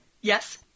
yes